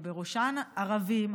ובראשם ערבים,